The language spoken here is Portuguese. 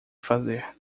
fazer